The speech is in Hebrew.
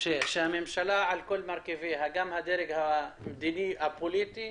מרכיביה, גם הדרג המדיני פוליטי